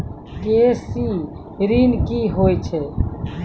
KCC ॠन की होय छै?